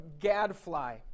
gadfly